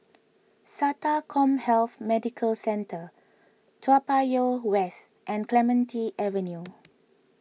Sata CommHealth Medical Centre Toa Payoh West and Clementi Avenue